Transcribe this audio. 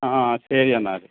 ആ ആ ശരി എന്നാൽ